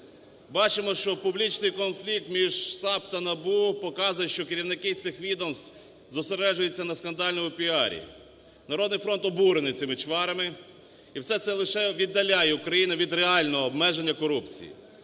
Бачимо, що публічний конфлікт між САП та НАБУ показує, що керівники цих відомств зосереджуються на скандальному піарі. "Народний фронт" обурений цими чварами. І все це лише віддаляє Україну від реального обмеження корупції.